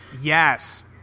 Yes